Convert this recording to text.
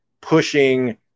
pushing